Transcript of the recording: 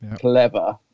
Clever